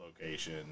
location